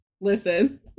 Listen